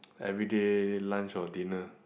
everyday lunch or dinner